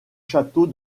château